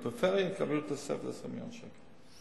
הן יקבלו תוספת 20 מיליון שקל.